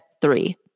three